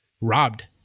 robbed